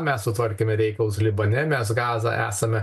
mes sutvarkėme reikalus libane mes gazą esame